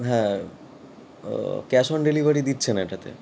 হ্যাঁ cash on delivery দিচ্ছে না এটাতে